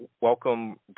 welcome